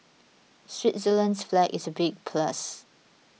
Switzerland's flag is a big plus